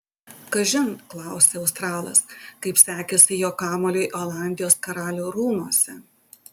kažin klausia australas kaip sekėsi jo kamuoliui olandijos karalių rūmuose